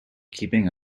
keeping